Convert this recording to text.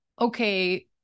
okay